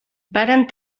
varen